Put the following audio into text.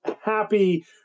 happy